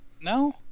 No